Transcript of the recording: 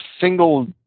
single